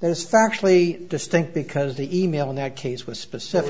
that is factually distinct because the e mail in that case was specific